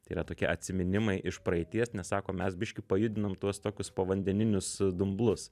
tai yra tokie atsiminimai iš praeities nes sako mes biški pajudinam tuos tokius povandeninius dumblus